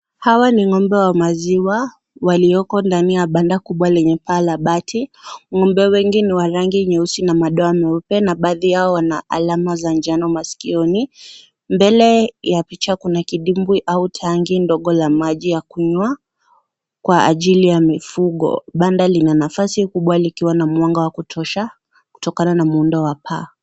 Hawa ni ng'ombe wa maziwa iliyoko ndani ya banda kubwa lenye paa la bati. Ng`ombe wengine ni wa rangi nyeusi na madoa meupa, na baadhi yao wana alama za njano masikioni. Mbele ya picha kuna kidimbwi au tanki ndogo la maji ya kunywa kwa ajili ya mifugo. Banda lina nafasi kubwa likiwa na mwanga wa kutosha kutana na muundo wa paa.